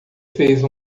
fez